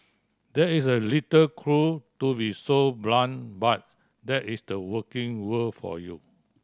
there is a little cruel to be so blunt but that is the working world for you